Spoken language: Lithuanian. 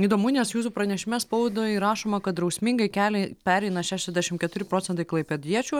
įdomu nes jūsų pranešime spaudoi rašoma kad drausmingai keliai pereina šešiasdešim keturi procentai klaipėdiečių